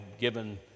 given